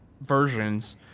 versions